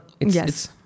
Yes